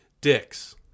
Dicks